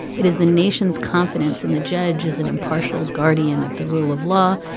it is the nation's confidence in the judge as an impartial guardian of the rule of law.